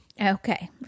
Okay